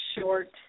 short